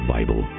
Bible